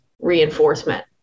reinforcement